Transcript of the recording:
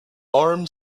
arm